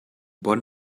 bonn